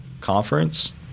conference